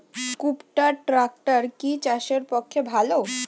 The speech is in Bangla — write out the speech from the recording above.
কুবটার ট্রাকটার কি চাষের পক্ষে ভালো?